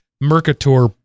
Mercator